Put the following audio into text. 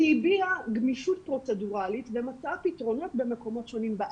היא הביעה גמישות פרוצדורלית ומצאה פתרונות במקומות שונים בארץ,